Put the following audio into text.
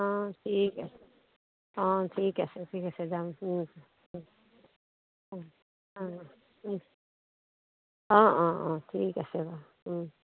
অঁ ঠিক আছে অঁ ঠিক আছে ঠিক আছে যাম অঁ অঁ অঁ অঁ ঠিক আছে বাৰু